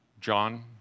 John